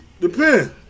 Depend